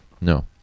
No